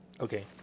Okay